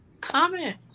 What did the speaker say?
comment